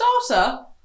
starter